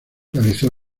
realizó